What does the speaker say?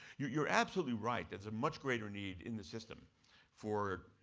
you're you're absolutely right. there's a much greater need in the system for